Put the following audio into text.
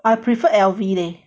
I prefer L_V